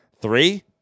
three